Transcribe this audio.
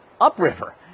upriver